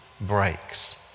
breaks